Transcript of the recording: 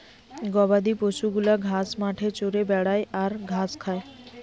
গবাদি পশু গুলা ঘাস মাঠে চরে বেড়ায় আর ঘাস খায়